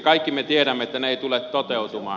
kaikki me tiedämme että ne eivät tule toteutumaan